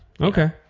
Okay